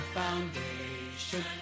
foundation